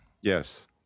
Yes